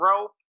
rope